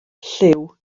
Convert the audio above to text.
llyw